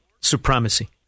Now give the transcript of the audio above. supremacy